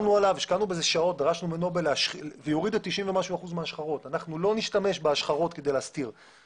לדעתי זה תהליך של שבועות ספורים.